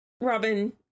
Robin